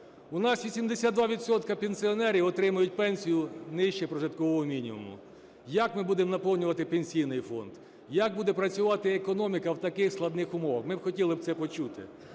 відсотки пенсіонерів отримують пенсію нижче прожиткового мінімуму. Як ми будемо наповнювати Пенсійний фонд? Як буде працювати економіка в таких складних умовах? Ми б хотіли це почути.